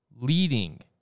leading